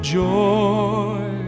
joy